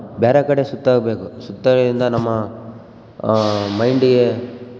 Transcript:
ಬೇರೆ ಕಡೆ ಸುತಾಗ್ಬೇಕು ಸುತ್ತದಿಂದ ನಮ್ಮ ಮೈಂಡಿಗೆ